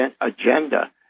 agenda